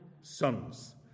sons